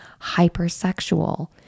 hypersexual